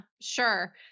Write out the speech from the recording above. sure